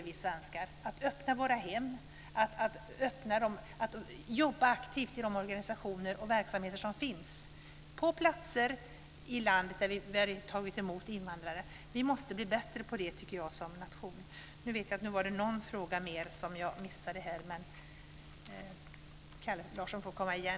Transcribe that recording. Vi svenskar är dåliga på att öppna våra hem och jobba aktivt i de organisationer och verksamheter som finns på platser i landet där vi har tagit emot invandrare. Vi måste bli bättre på det, tycker jag, som nation. Jag vet att det var någon fråga som jag missade, men Kalle Larsson får komma igen.